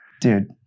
dude